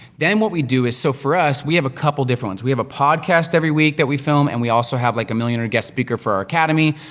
then, what we do is, so for us, we have a couple different ones. we have a podcast every week that we film, and we also have like, a millionaire guest speaker for our academy.